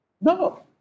No